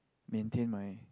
maintain my